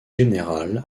générale